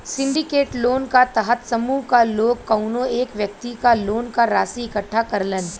syndicate loan क तहत समूह क लोग कउनो एक व्यक्ति क लोन क राशि इकट्ठा करलन